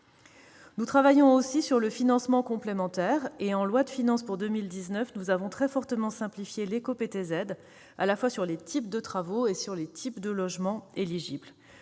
Nous travaillons aussi sur le financement complémentaire. En loi de finances pour 2019, nous avons très fortement simplifié l'éco-prêt à taux zéro, ou éco-PTZ, à la fois sur les types de travaux et sur les types de logements éligibles.